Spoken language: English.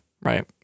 right